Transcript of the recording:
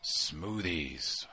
Smoothies